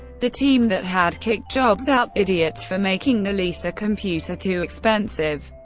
the team that had kicked jobs out, idiots for making the lisa computer too expensive.